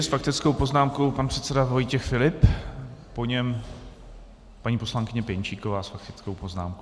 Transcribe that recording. S faktickou poznámkou pan předseda Vojtěch Filip, po něm paní poslankyně Pěnčíková s faktickou poznámkou.